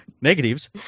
negatives